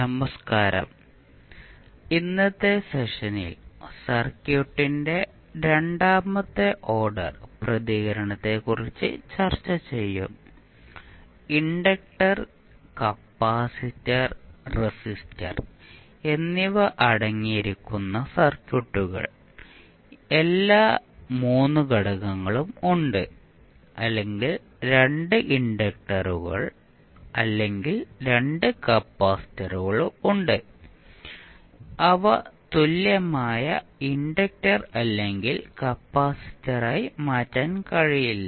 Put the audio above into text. നമസ്കാരം ഇന്നത്തെ സെഷനിൽ സർക്യൂട്ടിന്റെ രണ്ടാമത്തെ ഓർഡർ പ്രതികരണത്തെക്കുറിച്ച് ചർച്ച ചെയ്യും ഇൻഡക്റ്റർ കപ്പാസിറ്റർ റെസിസ്റ്റർ എന്നിവ അടങ്ങിയിരിക്കുന്ന സർക്യൂട്ടുകൾ എല്ലാ 3 ഘടകങ്ങളും ഉണ്ട് അല്ലെങ്കിൽ 2 ഇൻഡക്റ്ററുകൾ അല്ലെങ്കിൽ 2 കപ്പാസിറ്ററുകൾ ഉണ്ട് അവ തുല്യമായ ഇൻഡക്റ്റർ അല്ലെങ്കിൽ കപ്പാസിറ്ററായി മാറ്റാൻ കഴിയില്ല